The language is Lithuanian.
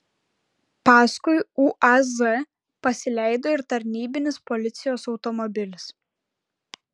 paskui uaz pasileido ir tarnybinis policijos automobilis